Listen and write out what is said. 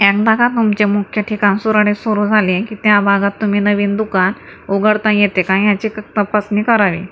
एकदा का तुमचे मुख्य ठिकाण सुरळीत सुरु झाले की त्या भागात तुम्ही नवीन दुकान उघडता येते का याची क तपासणी करावी